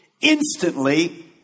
Instantly